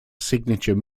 signature